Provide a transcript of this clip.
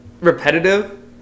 repetitive